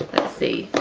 see,